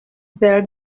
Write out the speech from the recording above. there